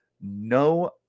No